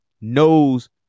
knows